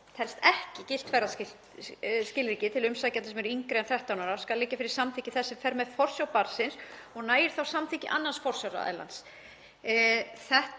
sem telst ekki gilt ferðaskilríki, til umsækjanda sem er yngri en 13 ára skuli liggja fyrir samþykki þess sem fer með forsjá barnsins og nægir þá samþykki annars forsjáraðilans,